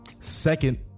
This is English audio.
second